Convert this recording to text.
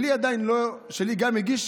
שלי גם הגיש,